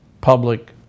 public